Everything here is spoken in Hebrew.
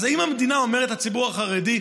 אז אם המדינה אומרת לציבור החרדי: